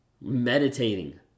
meditating